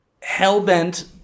hell-bent